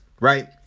right